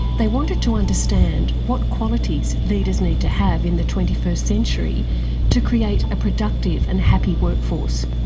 they wanted to understand what qualities leaders need to have in the twenty first century to create a productive and happy workforce.